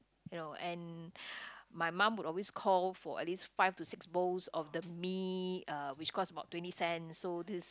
you know and my mum would always call for at least five to six bowls of the mee uh which cost about twenty cents so this